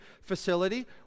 Facility